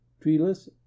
Treeless